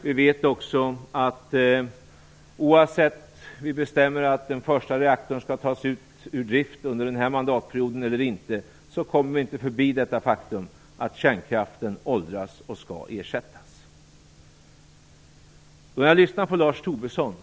Vi vet också att oavsett om vi bestämmer att den första reaktorn skall tas ur drift under den här mandatperioden eller inte så kommer vi inte förbi det faktum att kärnkraften åldras och skall ersättas. När jag lyssnar på Lars Tobisson